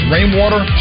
Rainwater